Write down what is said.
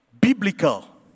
biblical